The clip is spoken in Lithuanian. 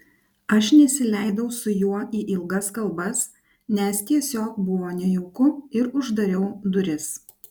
aš nesileidau su juo į ilgas kalbas nes tiesiog buvo nejauku ir uždariau duris